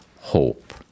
hope